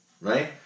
right